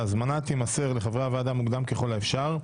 ההזמנה תימסר לחברי הוועדה מוקדם ככל האפשר,